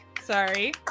sorry